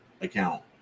account